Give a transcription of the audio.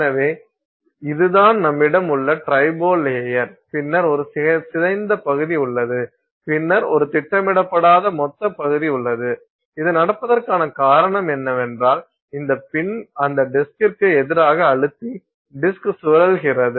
எனவே இதுதான் நம்மிடம் உள்ள ஒரு ட்ரிபோ லேயர் பின்னர் ஒரு சிதைந்த பகுதி உள்ளது பின்னர் ஒரு திட்டமிடப்படாத மொத்த பகுதி உள்ளது இது நடப்பதற்கான காரணம் என்னவென்றால் இந்த பின் அந்த டிஸ்க்க்கு எதிராக அழுத்தி டிஸ்க் சுழல்கிறது